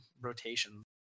rotation